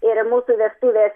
ir mūsų vestuvės